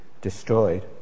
destroyed